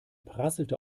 prasselte